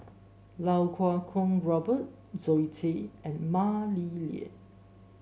Iau Kuo Kwong Robert Zoe Tay and Mah Li Lian